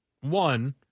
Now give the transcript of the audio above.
One